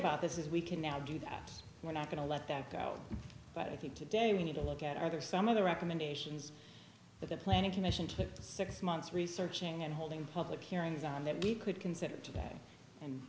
about this is we can now do that we're not going to let that go but i think today we need to look at other some of the recommendations of the planning commission to six months researching and holding public hearings on that we could consider today and